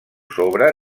sobre